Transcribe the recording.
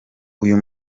uyu